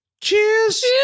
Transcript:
Cheers